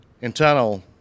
Internal